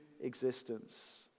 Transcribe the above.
existence